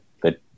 good